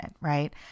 right